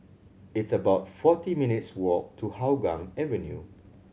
it's about forty minutes' walk to Hougang Avenue